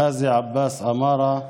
ראזי עבאס אמארה,